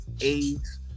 aids